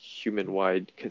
human-wide